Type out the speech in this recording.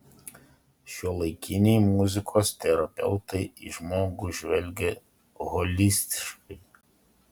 šiuolaikiniai muzikos terapeutai į žmogų žvelgia holistiškai